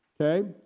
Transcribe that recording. Okay